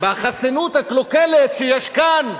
בחסינות הקלוקלת שיש כאן,